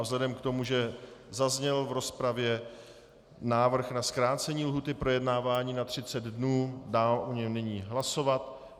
Vzhledem k tomu, že zazněl v rozpravě návrh na zkrácení lhůty k projednávání na 30 dnů, dám o něm nyní hlasovat.